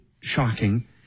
shocking